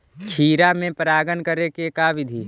खिरा मे परागण करे के का बिधि है?